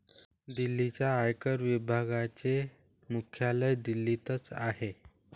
दिल्लीच्या आयकर विभागाचे मुख्यालय दिल्लीतच आहे